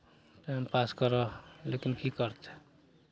टेम pass करह लेकिन की करतै